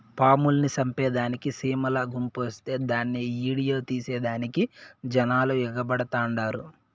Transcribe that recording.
పాముల్ని సంపేదానికి సీమల గుంపొస్తే దాన్ని ఈడియో తీసేదానికి జనాలు ఎగబడతండారు